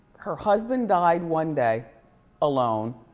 her husband died one day alone.